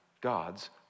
God's